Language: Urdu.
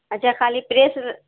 اچھا خالی پریس